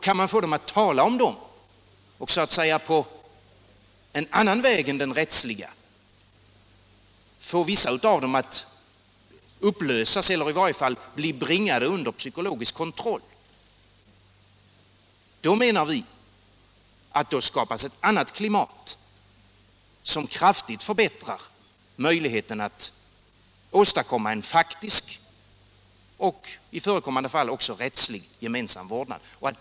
Kan man få dem att tala om dessa konflikter och på en annan väg än den rättsliga få vissa av dem att upplösa konflikterna eller i varje fall att bli bringade under psykisk kontroll, anser vi att det skapas ett annat klimat, som kraftigt förbättrar möjligheten att åstadkomma en faktisk och — i förekommande fall — också rättslig gemensam vårdnad.